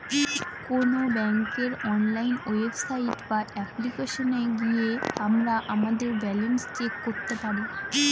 কোন ব্যাঙ্কের online website বা অ্যাপ্লিকেশনে গিয়ে আমরা আমাদের ব্যালান্স চেক করতে পারি